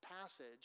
passage